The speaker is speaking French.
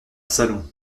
salon